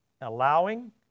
allowing